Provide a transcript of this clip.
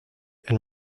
and